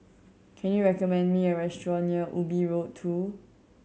can you recommend me a restaurant near Ubi Road Two